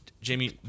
Jamie